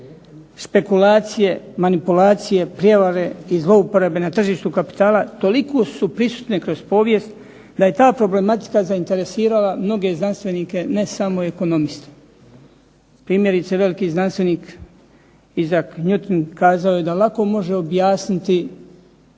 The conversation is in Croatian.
špekulacije, manipulacije, prijevare i zlouporabe na tržištu kapitala toliko su prisutne kroz povijest da je ta problematika zainteresirala mnoge znanstvenike, ne samo ekonomiste. Primjerice veliki znanstvenik Isaac Newton kazao je da lako može objasniti